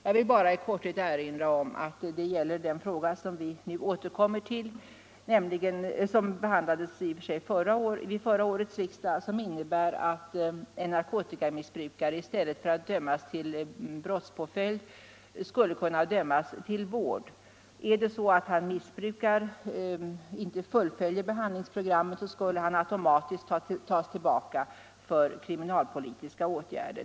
Jag vill bara erinra om att det förslag vi nu återkommer till — det behandlades också vid förra årets riksdag — innebär att en narkotikamissbrukare i stället för att dömas till brottspåföljd skulle kunna dömas till vård. Om han inte fullföljer behandlingsprogrammet skall han automatiskt tas tillbaka för kriminalpolitiska åtgärder.